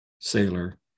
sailor